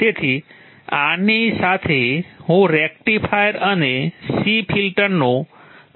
તેથી આની સાથે હું રેક્ટિફાયર અને C ફિલ્ટરનો આ વિષય બંધ કરીશ